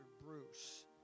Bruce